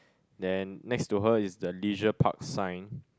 then next to her is the leisure park sign